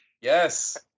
Yes